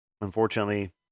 unfortunately